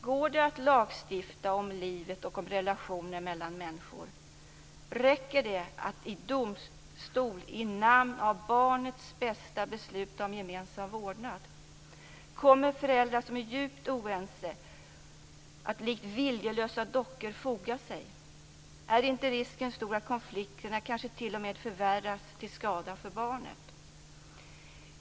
Går det att lagstifta om livet och om relationer mellan människor? Räcker det att i domstol i namn av barnets bästa besluta om gemensam vårdnad? Kommer föräldrar som är djupt oense att likt viljelösa dockor foga sig? Är inte risken stor att konflikterna kanske t.o.m. förvärras till skada för barnet?